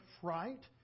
fright